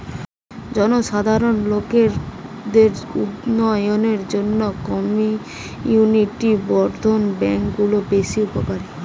জনসাধারণ লোকদের উন্নয়নের জন্যে কমিউনিটি বর্ধন ব্যাংক গুলো বেশ উপকারী